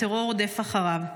הטרור רודף אחריו.